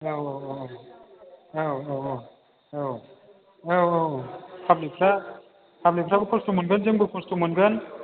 औ औ औ औ प्लाब्लिकफ्राबो खस्थ' मोनगोन जोंबो खस्थ' मोनगोन